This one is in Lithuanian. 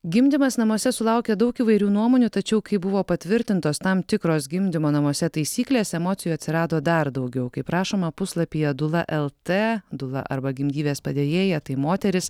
gimdymas namuose sulaukia daug įvairių nuomonių tačiau kai buvo patvirtintos tam tikros gimdymo namuose taisyklės emocijų atsirado dar daugiau kaip rašoma puslapyje dula lt dula arba gimdyvės padėjėja tai moteris